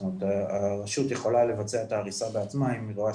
זאת אומרת הרשות יכולה לבצע את ההריסה בעצמה אם היא רואה